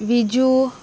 Viju